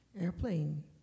airplane